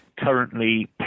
currently